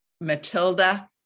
Matilda